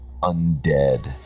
undead